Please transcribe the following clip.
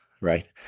right